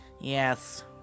Yes